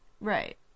Right